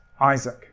Isaac